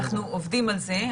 אז אנחנו עובדים על זה.